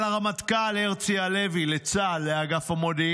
נגמר עידן הפסילות, אין יותר פסילות בין יהודים